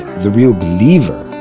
the real believer,